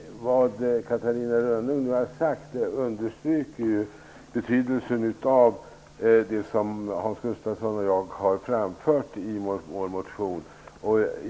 Fru talman! Det Catarina Rönnung har sagt understryker betydelsen av det som Hans Gustafsson och jag har framfört i vår motion.